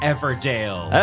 Everdale